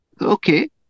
Okay